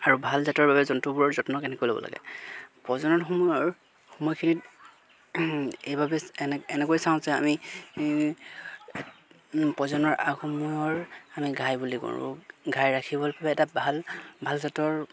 আৰু ভাল জাতৰ বাবে জন্তুবোৰৰ যত্ন কেনেকৈ ল'ব লাগে প্ৰজনন সময়ৰ সময়খিনিত এইবাবে এনেকৈ চাওঁ যে আমি প্ৰজননৰ আগ সময়ৰ আমি ঘাই বুলি গৰুক ঘাই ৰাখিবৰ বাবে এটা ভাল ভাল জাতৰ